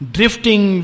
Drifting